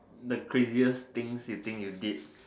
the craziest things you think you did